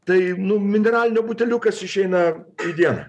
tai nu mineralinio buteliukas išeina į dieną